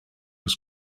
was